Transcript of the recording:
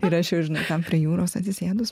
ir aš jau žinai ten prie jūros atsisėdus